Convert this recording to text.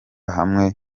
hamwe